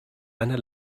eine